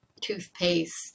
toothpaste